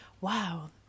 wow